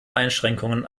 einschränkungen